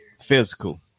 Physical